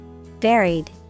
Varied